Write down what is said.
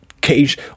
cage